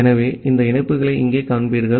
ஆகவே இந்த இணைப்புகளை இங்கே காண்பீர்கள்